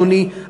אדוני,